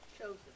Chosen